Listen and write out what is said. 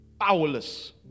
powerless